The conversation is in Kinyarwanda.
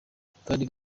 kari